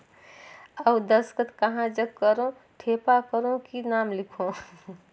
अउ दस्खत कहा जग करो ठेपा करो कि नाम लिखो?